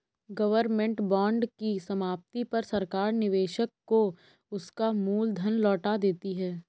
government bond की समाप्ति पर सरकार निवेशक को उसका मूल धन लौटा देती है